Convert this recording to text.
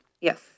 Yes